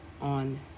on